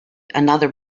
another